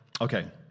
okay